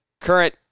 current